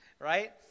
right